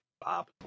Bob